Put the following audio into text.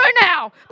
now